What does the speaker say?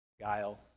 Guile